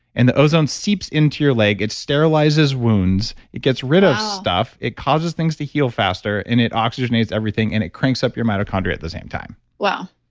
and the ozone seeps into your leg. it sterilizes wounds. it gets rid of stuff, it causes things to heal faster and it oxygenates everything and it cranks up your mitochondria at the same time wow.